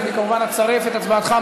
אז אני כמובן אצרף את הצבעתך.